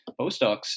postdocs